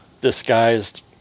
disguised